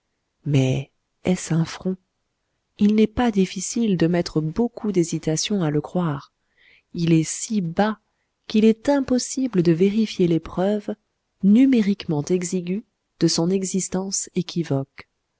mais est-ce un front il n'est pas difficile de mettre beaucoup d'hésitation à le croire il est si bas qu'il est impossible de vérifier les preuves numériquement exiguës de son existence équivoque